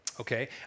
okay